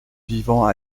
vivant